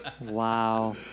Wow